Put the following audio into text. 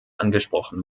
angesprochen